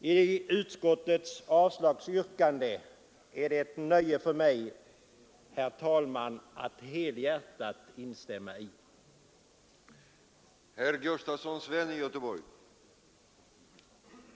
Det är, herr talman, ett nöje för mig att helhjärtat instämma i utskottets avslagsyrkande.